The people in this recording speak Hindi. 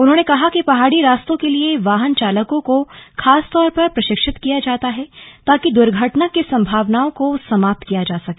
उन्होंने कहा कि पहाड़ी रास्तों के लिए वाहन चालकों को खासतौर पर प्रशिक्षित किया जाता है ताकि दुर्घटना की संभावनाओं को समाप्त किया जा सके